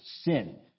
sin